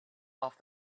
off